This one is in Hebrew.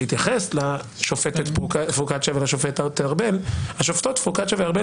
שהתייחס לשופטת פרוקצ'יה ולשופטת ארבל: השופטות פרוקצ'יה וארבל